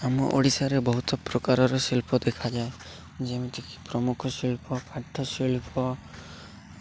ଆମ ଓଡ଼ିଶାରେ ବହୁତ ପ୍ରକାରର ଶିଳ୍ପ ଦେଖାଯାଏ ଯେମିତିକି ପ୍ରମୁଖ ଶିଳ୍ପ କାଠ ଶିଳ୍ପ